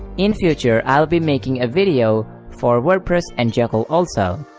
in future i will be making a video for wordpress and jekyll also.